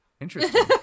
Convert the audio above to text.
Interesting